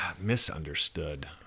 Misunderstood